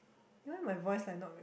why my voice like not rec